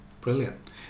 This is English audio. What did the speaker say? brilliant